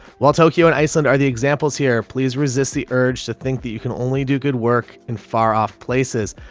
while tokyo and iceland are the examples here, please resist the urge to think that you can only do good work in far off places.